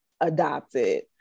adopted